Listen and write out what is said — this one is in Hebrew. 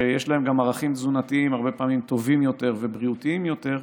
שהרבה פעמים גם יש להם ערכים תזונתיים טובים יותר ובריאותיים יותר,